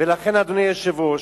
אדוני היושב-ראש,